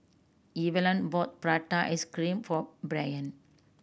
Evalyn bought prata ice cream for Brayan